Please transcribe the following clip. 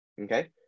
Okay